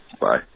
Bye